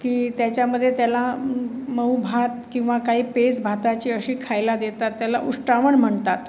की त्याच्यामध्ये त्याला मऊ भात किंवा काही पेज भाताची अशी खायला देतात त्याला उष्टावण म्हणतात